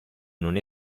non